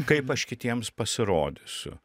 kaip aš kitiems pasirodysiu